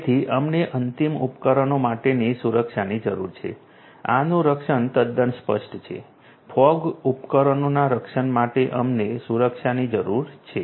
તેથી અમને અંતિમ ઉપકરણો માટેની સુરક્ષાની જરૂર છે આનું રક્ષણ તદ્દન સ્પષ્ટ છે ફોગ ઉપકરણોના રક્ષણ માટે અમને સુરક્ષાની જરૂર છે